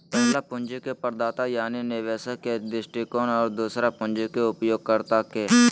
पहला पूंजी के प्रदाता यानी निवेशक के दृष्टिकोण और दूसरा पूंजी के उपयोगकर्ता के